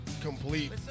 complete